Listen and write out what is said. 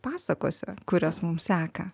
pasakose kurias mums seka